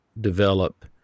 develop